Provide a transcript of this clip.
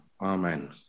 Amen